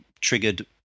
triggered